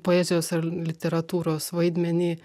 poezijos ar literatūros vaidmenį